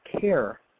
care